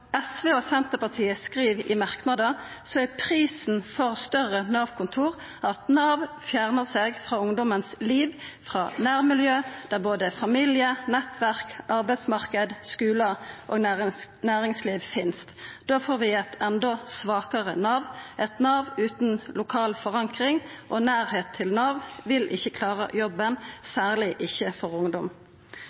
SV og Senterpartiet skriv i ein merknad, er prisen for større Nav-kontor at Nav fjernar seg frå ungdommens liv, frå nærmiljø der både familie, nettverk, arbeidsmarknad, skular og næringsliv finst. Da får vi eit endå svakare Nav, og eit Nav utan lokal forankring og nærleik vil ikkje klara jobben, særleg ikkje overfor ungdom.